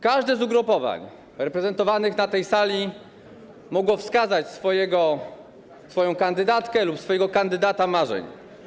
Każde z ugrupowań reprezentowanych na tej sali mogło wskazać swoją kandydatkę lub swojego kandydata marzeń.